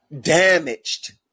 damaged